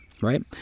right